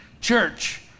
church